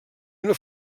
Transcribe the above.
una